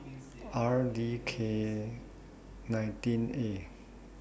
R D K nineteen A